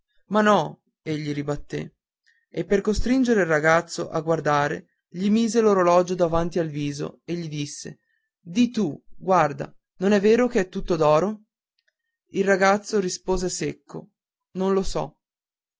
ma no egli ribatté e per costringere il ragazzo a guardare gli mise l'orologio davanti al viso e gli disse di tu guarda non è vero che è tutto d'oro il ragazzo rispose secco non lo so